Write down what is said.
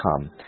come